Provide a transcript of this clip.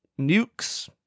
nukes